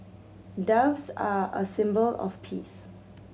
doves are a symbol of peace